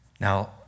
Now